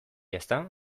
ezta